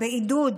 בעידוד